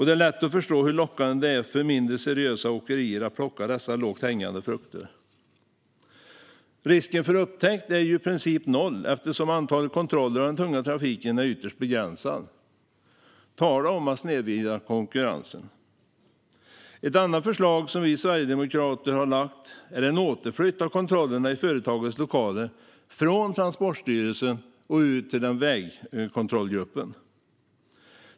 Det är lätt att förstå hur lockande det är för mindre seriösa åkerier att plocka dessa lågt hängande frukter. Risken för upptäckt är i princip noll eftersom antalet kontroller av den tunga trafiken är ytterst begränsad. Tala om att snedvrida konkurrensen! Ett annat förslag vi sverigedemokrater har lagt fram är en återflytt av kontrollerna i företagens lokaler från Transportstyrelsen till en vägkontrollgrupp.